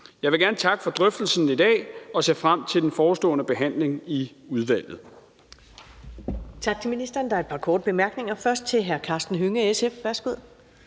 Jeg vil gerne takke for drøftelsen i dag og ser frem til den forestående behandling i udvalget.